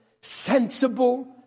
sensible